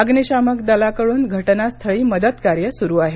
अग्नीशामक दलाकडून घटनास्थळी मदतकार्य सुरू आहे